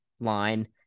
line